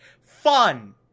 Fun